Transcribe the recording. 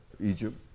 Egypt